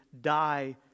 die